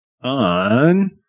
on